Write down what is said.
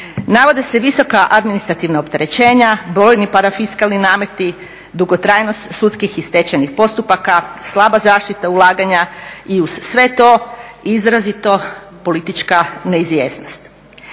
Navode se visoka administrativna opterećenja, brojni parafiskalni nameti, dugotrajnost sudskih i stečajnih postupaka, slaba zaštita ulaganja i uz sve to izrazito politička neizvjesnost.